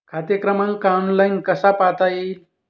खाते क्रमांक ऑनलाइन कसा पाहता येईल?